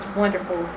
wonderful